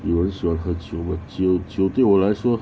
有人喜欢喝酒 but 酒酒对我来说